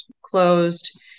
closed